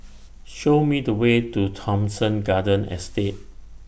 Show Me The Way to Thomson Garden Estate